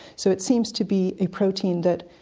so it seems to be a protein that,